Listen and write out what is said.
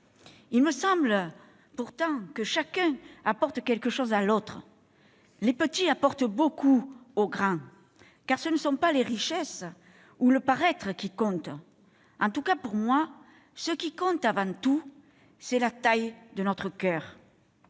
Il me semble pourtant que chacun apporte quelque chose à l'autre : les petits apportent beaucoup aux grands, car ce ne sont pas les richesses ou le paraître qui comptent, mais avant tout, en tout cas pour moi, la taille de notre coeur.